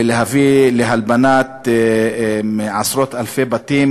להלבנת עשרות-אלפי בתים,